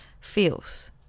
feels